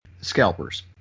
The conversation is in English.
Scalpers